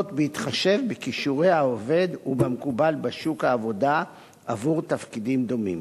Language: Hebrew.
בהתחשב בכישורי העובד ובמקובל בשוק העבודה עבור תפקידים דומים.